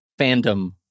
fandom